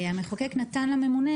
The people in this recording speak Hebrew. המחוקק נתן לממונה